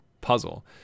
puzzle